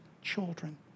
children